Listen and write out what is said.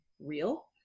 real